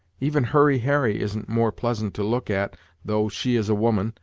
even hurry harry isn't more pleasant to look at though she is a woman,